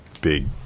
big